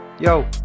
Yo